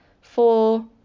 four